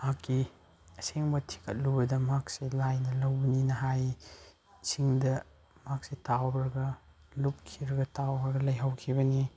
ꯃꯍꯥꯛꯀꯤ ꯑꯁꯦꯡꯕ ꯊꯤꯒꯠꯂꯨꯕꯗ ꯃꯍꯥꯛꯁꯦ ꯂꯥꯏꯅ ꯂꯧꯕꯅꯤꯅ ꯍꯥꯏ ꯏꯁꯤꯡꯗ ꯃꯍꯥꯛꯁꯦ ꯇꯥꯎꯔꯒ ꯂꯨꯞꯈꯤꯔꯒ ꯇꯥꯎꯔꯒ ꯂꯩꯍꯧꯈꯤꯕꯅꯤ